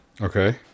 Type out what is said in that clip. Okay